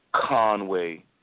Conway